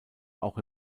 auch